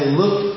look